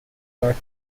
north